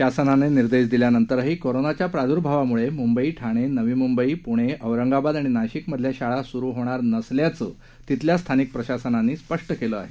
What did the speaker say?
शासनाने निर्देश दिल्यानंतरही कोरोनाच्या प्रादुर्भावामुळे मुंबई ठाणे नवी मुंबई पुणे औरंगाबाद आणि नाशिक मधल्या शाळा सुरु होणार नसल्याचं तिथल्या स्थानिक प्रशासनांनी स्पष्ट केलं आहे